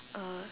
uh